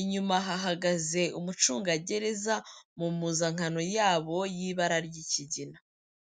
Inyuma hahagaze umucungagereza mu mpuzankano yabo y'ibara ry'ikigina.